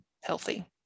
healthy